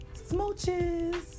Smooches